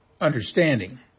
understanding